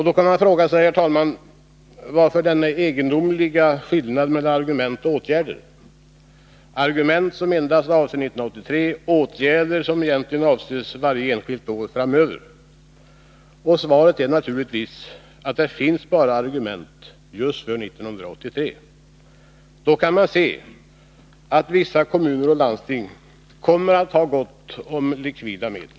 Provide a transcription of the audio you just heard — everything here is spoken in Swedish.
Man kan fråga sig: Varför denna egendomliga skillnad mellan argument och åtgärder — argument som avser endast 1983 och åtgärder som avser varje enskilt år framöver? Svaret är naturligtvis att det bara finns argument för 1983. Man kan se att vissa kommuner och landsting då kommer att ha gott om likvida medel.